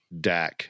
DAC